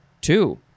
Two